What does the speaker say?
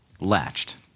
latched